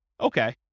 Okay